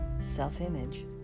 self-image